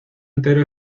entero